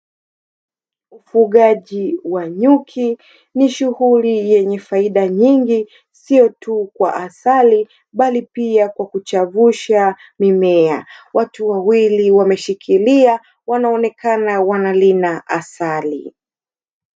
Ufugaji wa nyuki ni shughuli yenye faida nyingi, siyo tu kwa asali bali pia kwa kuchavusha mimea. Watu wawili wameshikilia wanaonekana wanarina asali.